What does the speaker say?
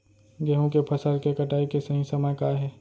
गेहूँ के फसल के कटाई के सही समय का हे?